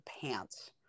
pants